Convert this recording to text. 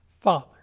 Father